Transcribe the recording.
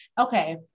okay